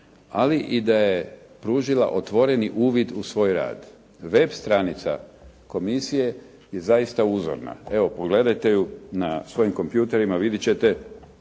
ali i da je pružila otvoreni uvid u svoj rad. Web stranica komisije je zaista uzorna. Evo, pogledajte ju na svojim kompjutorima, vidjeti ćete